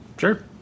Sure